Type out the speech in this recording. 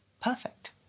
perfect